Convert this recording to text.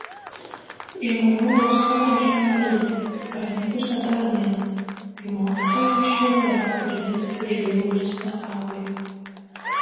žmonių gausa grąžino viltį pranykusią tądien kai mokytoja išvedė ją pro duris į žlugusį pasaulį